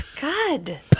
God